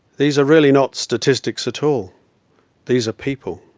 these are really not statistics at all these are people,